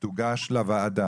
שזה יוגש לוועדה.